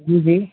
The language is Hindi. जी